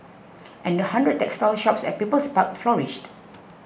and the hundred textile shops at People's Park flourished